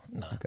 no